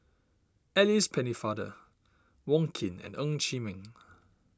Alice Pennefather Wong Keen and Ng Chee Meng